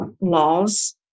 laws